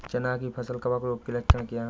चना की फसल कवक रोग के लक्षण क्या है?